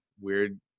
weird